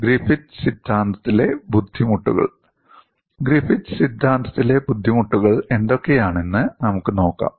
Griffith സിദ്ധാന്തത്തിലെ ബുദ്ധിമുട്ടുകൾ Griffith സിദ്ധാന്തത്തിലെ ബുദ്ധിമുട്ടുകൾ എന്തൊക്കെയാണെന്ന് നമുക്ക് നോക്കാം